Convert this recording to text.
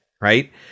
right